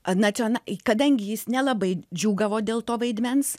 na čionai kadangi jis nelabai džiūgavo dėl to vaidmens